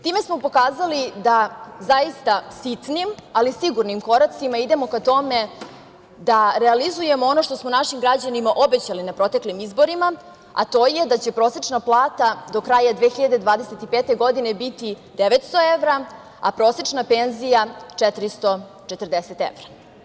Time smo pokazali zaista sitnim, ali sigurnim koracima idemo ka tome da realizujemo ono što smo našim građanima obećali na proteklim izborima, a to je da će prosečna plata do kraja 2025. godine biti 900 evra, a prosečna penzija 440 evra.